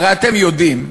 הרי אתם יודעים,